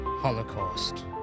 Holocaust